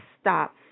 stop